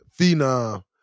phenom